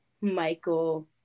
Michael